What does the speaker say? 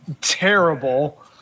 terrible